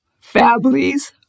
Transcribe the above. families